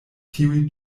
tiu